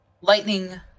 lightning